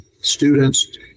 students